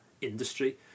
industry